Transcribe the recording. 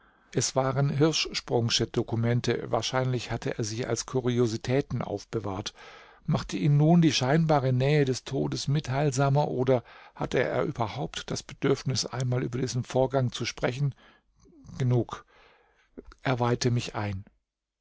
es waren hirschsprungsche dokumente wahrscheinlich hatte er sie als kuriositäten aufbewahrt machte ihn nun die scheinbare nähe des todes mitteilsamer oder hatte er überhaupt das bedürfnis einmal über diesen vorgang zu sprechen genug er weihte mich ein